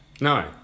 No